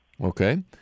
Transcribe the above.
Okay